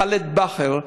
ח'אלד אל-באחר,